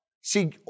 See